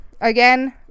Again